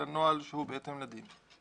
אלא נוהל שהוא בהתאם לדין.